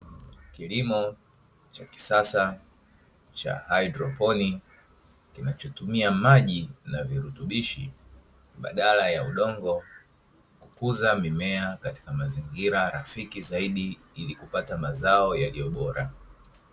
Kilimo cha kisasa cha hydroponi kinachotumia maji na virutubishi badala ya udongo, kukuza mimea katika mazingira rafiki zaidi ili kupata mazao yaliyo bora.